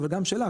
אבל גם שאלה,